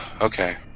Okay